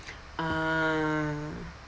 ah